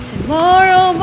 Tomorrow